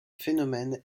phénomène